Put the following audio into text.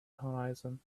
horizon